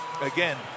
Again